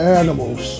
animals